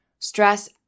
Stress